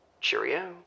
Cheerio